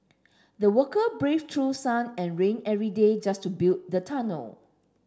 the worker braved through sun and rain every day just to build the tunnel